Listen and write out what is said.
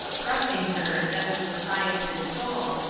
thrusting her, that was the sigh of his soul,